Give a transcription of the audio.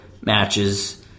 matches